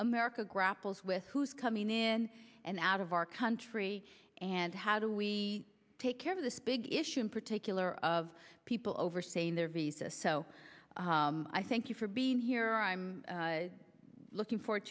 america grapples with who's coming in and out of our country and how do we take care of this big issue in particular of people overstaying their visas so i thank you for being here i'm looking forward